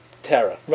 terror